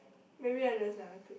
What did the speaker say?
maybe I just never click